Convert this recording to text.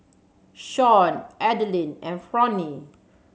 Shawn Adeline and Fronnie